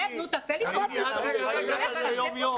אני ניהלתי אותם ביומיום.